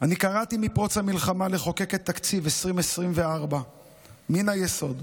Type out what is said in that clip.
מפרוץ המלחמה קראתי לחוקק את תקציב 2024 מן היסוד,